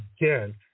again